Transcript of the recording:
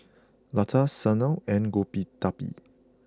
Lata Sanal and Gottipati